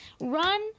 Run